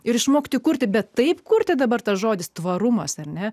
ir išmokti kurti bet taip kurti dabar tas žodis tvarumas ar ne